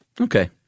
Okay